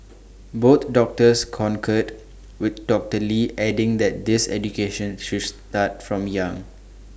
both doctors concurred with doctor lee adding that this education should start from young